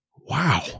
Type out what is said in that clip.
Wow